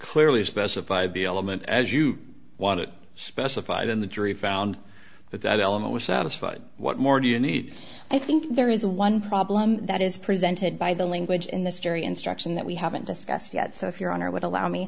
clearly specify the element as you want it specified in the jury found that that element was satisfied what more do you need i think there is one problem that is presented by the language in this jury instruction that we haven't discussed yet so if your honor would allow me